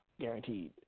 guaranteed